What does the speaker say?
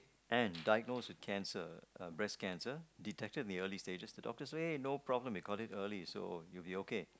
and diagnosed with cancer uh breast cancer detected in the early stages the doctors say no problem we caught it in the early stages so you'll be okay